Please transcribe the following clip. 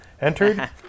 entered